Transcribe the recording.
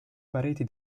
pareti